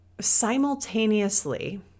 simultaneously